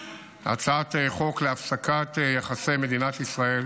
והצעת חוק להפסקת יחסי מדינת ישראל